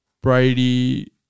Brady